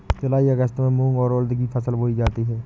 जूलाई अगस्त में मूंग और उर्द की फसल बोई जाती है